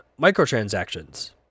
microtransactions